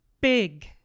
Big